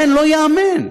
זה לא ייאמן.